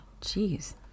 Jeez